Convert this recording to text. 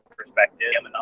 perspective